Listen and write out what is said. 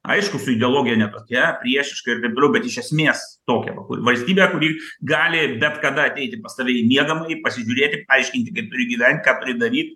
aišku su ideologija ne tokia priešiška ir taip toliau bet iš esmės tokia va valstybe kuri gali bet kada ateiti pas tave į miegamąjį pasižiūrėti paaiškinti kaip turi gyvent ką turi daryt